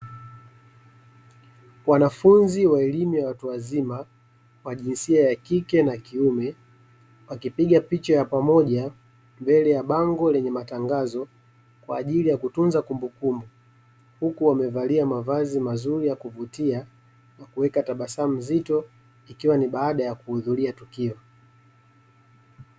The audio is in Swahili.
Wanafunzi wa elimu ya watu wazima wa jinsia ya kike na kiume wakipiga picha ya pamoja, mbele ya bango lenye matangazo, kwa ajili ya kutunza kumbukumbu, huku wamevalia mavazi mazuri ya kuvutia na kuweka tabasamu zito ikiwa ni baada ya kuhudhuria tukio.